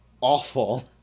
awful